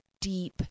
deep